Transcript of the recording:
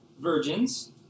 virgins